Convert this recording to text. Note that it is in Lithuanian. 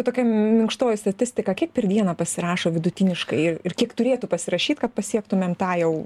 tokia minkštoji statistika kiek per dieną pasirašo vidutiniškai ir ir kiek turėtų pasirašyt kad pasiektumėm tą jau